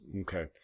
Okay